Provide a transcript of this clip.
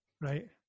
Right